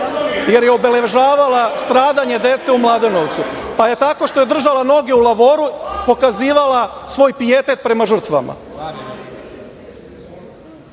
jer je obeležavala stradanje dece u Mladenovcu, pa je tako što je držala noge u lavoru pokazivala svoj pijetet prema žrtvama. Kaže